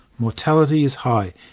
mortality is high,